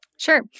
Sure